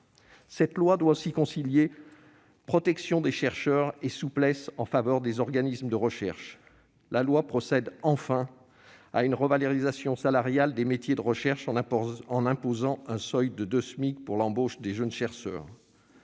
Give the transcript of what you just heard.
Cette loi doit aussi concilier protection des chercheurs et souplesse en faveur des organismes de recherche. Enfin, elle procède à une revalorisation salariale des métiers de la recherche en imposant un seuil de deux SMIC pour l'embauche des jeunes chercheurs.